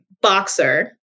boxer